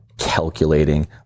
calculating